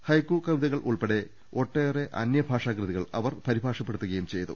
ഹൈക്കു കവിതകൾ ഉൾപെടെ ഒട്ടേറെ അനൃഭാഷാകൃതികൾ അവർ പരിഭാഷപ്പെടുത്തുകയും ചെയ്തു